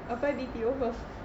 apply B_T_O first